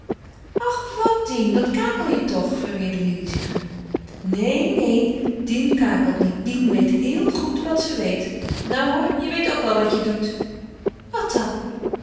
ach wat dien wat kakel je toch verweerde lili zich neen neen dien kakelt niet dien weet heel goed wat ze weet nou hoor je weet ook wel wat je doet wat dan